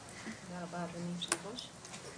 והמידע של הכנסת, בבקשה.